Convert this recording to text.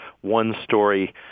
one-story